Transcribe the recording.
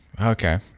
Okay